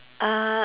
uh